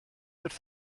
wrth